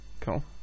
cool